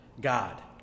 God